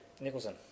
Nicholson